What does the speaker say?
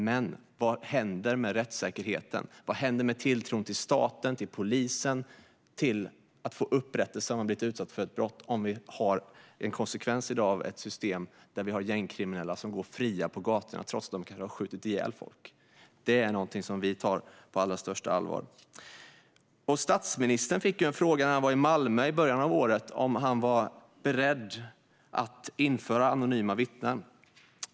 Men vad händer med rättssäkerheten, med tilltron till staten och till polisen för att man ska få upprättelse om man blivit utsatt för ett brott om vi har ett system som ger konsekvensen att vi har gängkriminella som går fria på gatorna trots att de kan ha skjutit ihjäl folk? Detta är något som vi tar på allra största allvar. Statsministern fick en fråga, när han var i Malmö i början av året, om han var beredd att införa anonyma vittnen.